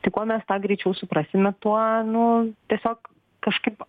tai kuo mes tą greičiau suprasime tuo nu tiesiog kažkaip